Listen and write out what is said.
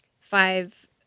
five